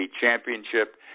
Championship